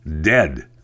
dead